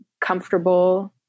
comfortable